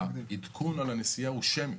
עדכון על נסיעה הוא שמי.